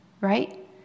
right